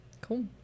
Cool